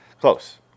Close